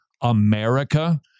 America